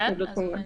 אנחנו מקבלים,